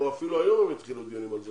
או אפילו היום הם יתחילו דיונים על זה,